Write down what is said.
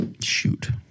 shoot